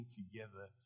together